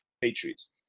Patriots